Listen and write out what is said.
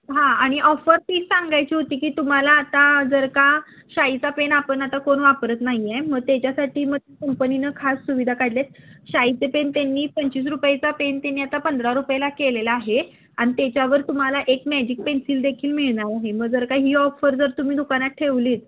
हां आणि ऑफर तीच सांगायची होती की तुम्हाला आता जर का शाईचा पेन आपण आता कोण वापरत नाही आहे मग त्याच्यासाठी मग कंपनीनं खास सुविधा काढले आहेत शाईचे पेन त्यांनी पंचवीस रुपयाचा पेन त्यांनी आता पंधरा रुपयाला केलेला आहे आणि त्याच्यावर तुम्हाला एक मॅजिक पेन्सिल देखील मिळणार आहे मग जर का ही ऑफर जर तुम्ही दुकानात ठेवली आहेत